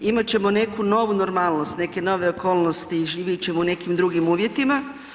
Imat ćemo neku novu normalnost, neke nove okolnosti i živjet ćemo u nekim drugim uvjetima.